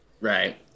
Right